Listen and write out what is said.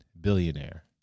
billionaire